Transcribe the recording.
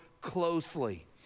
closely